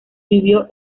vivió